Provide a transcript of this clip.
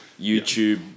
YouTube